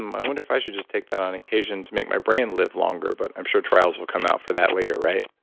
i wonder if i should just take that on occasion to make my brain live longer? but i'm sure trials will come out for that later, right?